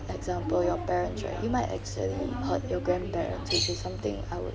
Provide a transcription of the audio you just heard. example your parents right you might accidentally hurt your grandparents which is something I would